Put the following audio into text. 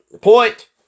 point